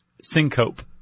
syncope